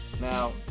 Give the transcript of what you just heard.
Now